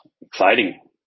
Exciting